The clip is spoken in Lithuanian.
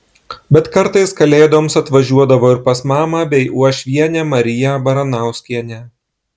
bet kartais kalėdoms atvažiuodavo ir pas mamą bei uošvienę mariją baranauskienę